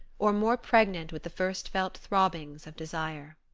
or more pregnant with the first-felt throbbings of desire.